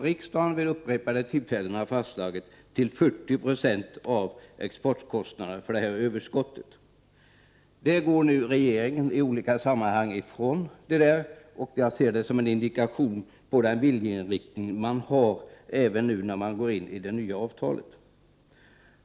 Riksdagen har vid upprepade tillfällen fastslagit att det handlar om 40 90 av exportkostnaderna för jordbruksöverskottet. Detta går regeringen i olika sammanhang ifrån. Jag ser det som en indikation på den viljeinriktning man har även nu när man går in i det nya avtalet.